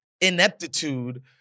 ineptitude